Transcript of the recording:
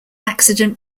accident